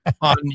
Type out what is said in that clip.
on